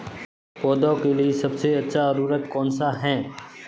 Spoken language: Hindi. पौधों के लिए सबसे अच्छा उर्वरक कौनसा हैं?